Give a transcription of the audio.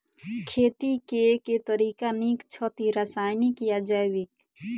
खेती केँ के तरीका नीक छथि, रासायनिक या जैविक?